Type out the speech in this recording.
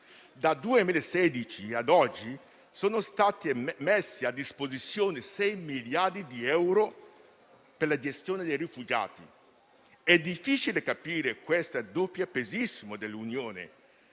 Dal 2016 ad oggi sono stati messi a disposizione 6 miliardi di euro per la gestione dei rifugiati. È difficile capire questo doppiopesismo dell'Unione: